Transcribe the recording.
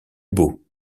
beau